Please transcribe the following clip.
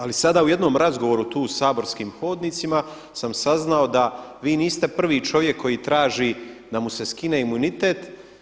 Ali sada u jednom razgovoru tu u saborskim hodnicima sam saznao da vi niste prvi čovjek koji traži da mu se skine imunitet.